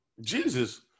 Jesus